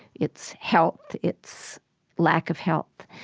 its health, its lack of health,